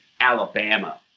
Alabama